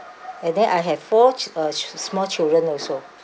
and then I have four uh small children also